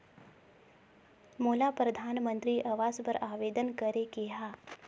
मोला परधानमंतरी आवास बर आवेदन करे के हा?